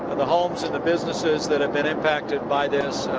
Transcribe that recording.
the homes and the businesses that have been in pacted by this.